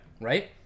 Right